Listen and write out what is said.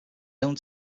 owned